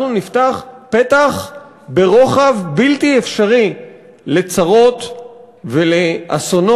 אנחנו נפתח פתח ברוחב בלתי אפשרי לצרות ולאסונות